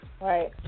Right